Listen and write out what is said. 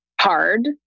hard